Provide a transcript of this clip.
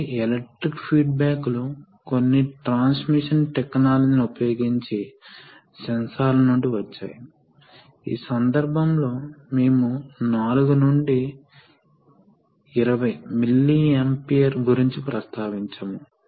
కాబట్టి మనము ఇక్కడ భాగాలు చూద్దాంఇది పంప్ మోటారు రిలీఫ్ వాల్వ్ ఇది ట్యాంక్ మరియు ఫిల్టర్ ఇది మూడు స్థానాల solenoid electrical solenoid actuated spring loaded valve